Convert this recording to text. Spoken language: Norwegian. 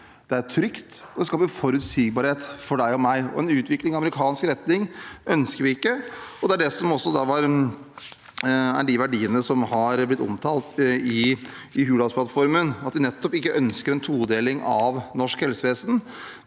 Det er trygt, og det skaper forutsigbarhet for deg og meg. En utvikling i amerikansk retning ønsker vi ikke. Det er også det som er verdiene som er omtalt i Hurdalsplattformen – at vi ikke ønsker en todeling av norsk helsevesen.